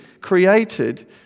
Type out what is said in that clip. created